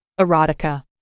erotica